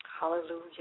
Hallelujah